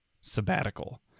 sabbatical